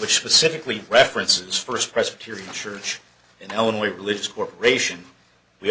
which specifically references first presbyterian church in only religious corporation we